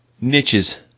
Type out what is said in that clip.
niches